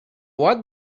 what